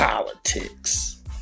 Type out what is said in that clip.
politics